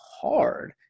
hard